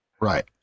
Right